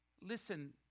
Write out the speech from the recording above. listen